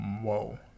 Whoa